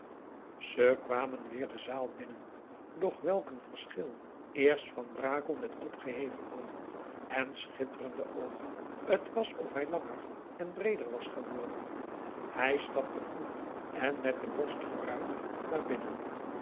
ze kwamen weer de zaal binnen doch welk een verschil eerst van brakel met opgeheven hoofd en schitterende oogen t was of hij langer en breeder was geworden hij stapte kloek en met de borst vooruit naar binnen